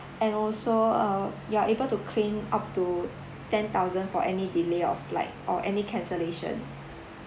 and also uh you're able to claim up to ten thousand for any delay of flight or any cancellation